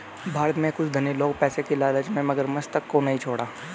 भारत में कुछ धनी लोग पैसे की लालच में मगरमच्छ तक को नहीं छोड़ा